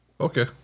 Okay